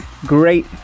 great